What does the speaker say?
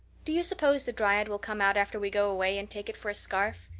do you suppose the dryad will come out after we go away and take it for a scarf?